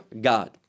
god